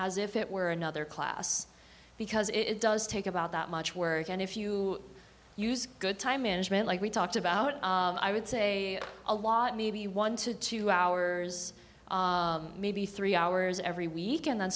as if it were another class because it does take about that much work and if you use good time management like we talked about i would say a lot maybe one to two hours maybe three hours every week and then